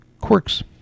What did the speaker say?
quirks